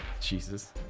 Jesus